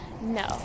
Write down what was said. No